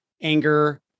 anger